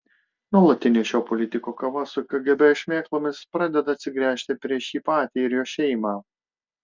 nuolatinė šio politiko kova su kgb šmėklomis pradeda atsigręžti prieš jį patį ir jo šeimą